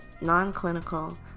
non-clinical